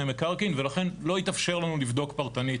מקרקעין ולכן לא התאפשר לנו לבדוק פרטנית